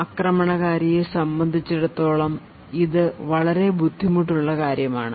ആക്രമണകാരിയെ സംബന്ധിച്ചിടത്തോളം ഇത് വളരെ ബുദ്ധിമുട്ടുള്ള കാര്യമാണ്